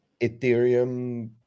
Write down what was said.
Ethereum